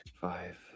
five